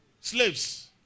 slaves